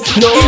no